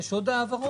יש עוד פניות?